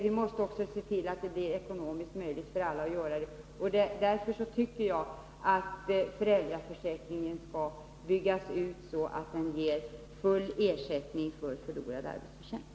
Vi måste se till att det blir ekonomiskt möjligt för alla. Därför tycker jag att föräldraförsäkringen skall byggas ut så att den ger full ersättning för förlorad arbetsförtjänst.